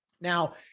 Now